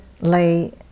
lay